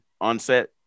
onset